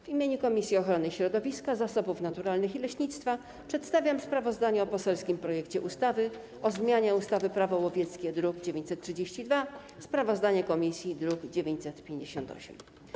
W imieniu Komisji Ochrony Środowiska, Zasobów Naturalnych i Leśnictwa przedstawiam sprawozdanie o poselskim projekcie ustawy zmieniającej ustawę o zmianie ustawy - Prawo łowieckie, druk nr 932, sprawozdanie komisji, druk nr 958.